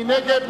מי נגד?